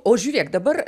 o žiūrėk dabar